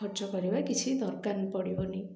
ଖର୍ଚ୍ଚ କରିବା କିଛି ଦରକାର ପଡ଼ିବନି